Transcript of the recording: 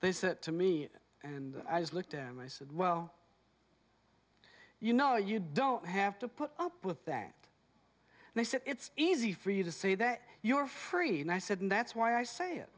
they said to me and i just looked at him i said well you know you don't have to put up with that and i said it's easy for you to say that you're free and i said and that's why i say it